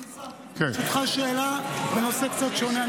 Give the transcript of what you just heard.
אדוני השר, ברשותך, שאלה בנושא קצת שונה.